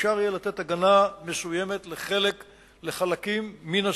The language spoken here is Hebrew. אפשר יהיה לתת הגנה מסוימת לחלקים מן הציבור.